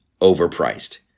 overpriced